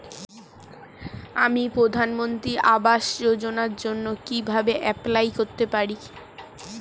আমি প্রধানমন্ত্রী আবাস যোজনার জন্য কিভাবে এপ্লাই করতে পারি?